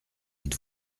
êtes